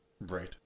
Right